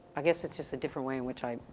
i guess it's just a different way in which i,